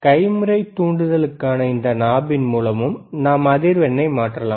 கைமுறை தூண்டுதலுக்கான இந்த நாபின் மூலமும் நாம் அதிர்வெண்ணை மாற்றலாம்